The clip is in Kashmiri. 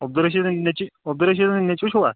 عبدل رشیٖدٕنۍ نٮ۪چی عبدل رشیٖدٕنۍ نٮ۪چی چھوا